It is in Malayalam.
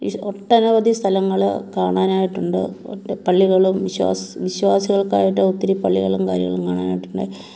ഒട്ടനവധി സ്ഥലങ്ങൾ കാണാനായിട്ടുണ്ട് ഒട്ട് പള്ളികളും വിശ്വാസം വിശ്വാസികൾക്കായിട്ട് ഒത്തിരി പള്ളികളും കാര്യങ്ങളും കാണാനായിട്ടുണ്ട്